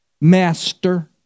Master